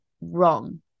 wrong